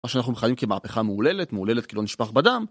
מה שאנחנו מכנים כמהפכה מהוללת, מהוללת כי לא נשפך בה דם